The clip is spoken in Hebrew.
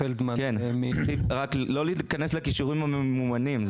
לא להיכנס לקישורים הממומנים.